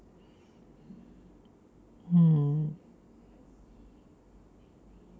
mm